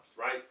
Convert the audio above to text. right